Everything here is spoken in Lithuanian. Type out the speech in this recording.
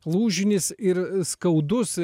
lūžinis ir skaudus